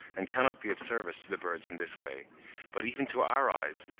and cannot be of service to the birds in this way but even to our eyes,